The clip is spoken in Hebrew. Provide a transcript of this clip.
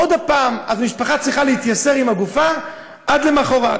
עוד פעם המשפחה צריכה להתייסר עם הגופה עד למחרת.